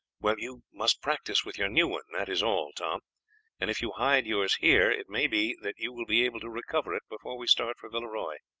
well, you must practise with your new one, that is all, tom and if you hide yours here it may be that you will be able to recover it before we start for villeroy.